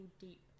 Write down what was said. deep